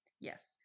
Yes